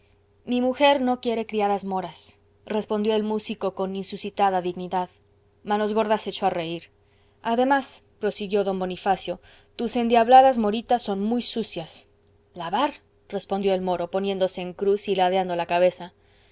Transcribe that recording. mi mujer no quiere más criadas moras respondió el músico con inusitada dignidad manos gordas se echó a reír además prosiguió d bonifacio tus endiabladas moritas son muy sucias lavar respondió el moro poniéndose en cruz y ladeando la cabeza